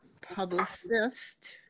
publicist